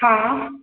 हा